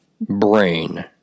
brain